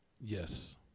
yes